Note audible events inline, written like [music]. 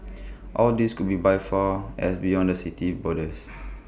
all these could be by far as beyond the city's borders [noise]